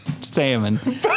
salmon